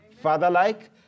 father-like